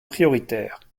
prioritaire